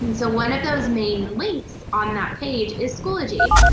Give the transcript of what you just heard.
and so one of those main links on that page is schoology.